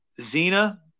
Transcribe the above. Zena